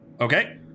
Okay